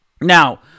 Now